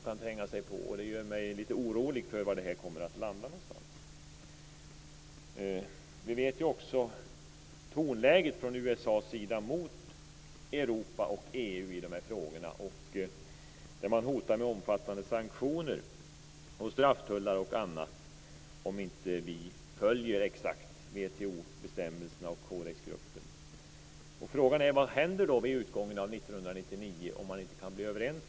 Jag blir orolig för vad det hela kan komma att landa någonstans. Tonläget från USA:s sida mot Europa och EU är att hota med omfattande sanktioner, strafftullar osv., om vi inte exakt följer WTO-bestämmelserna och Codexgruppen. Frågan är vad som händer vid utgången av 1999 om man inte blir överens.